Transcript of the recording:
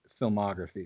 filmography